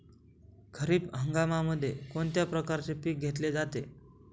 खरीप हंगामामध्ये कोणत्या प्रकारचे पीक घेतले जाते?